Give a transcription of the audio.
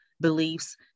beliefs